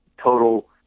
total